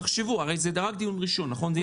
תחשבו, הרי זה רק דיון ראשון, יהיה המשך דיון.